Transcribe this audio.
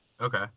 Okay